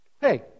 Hey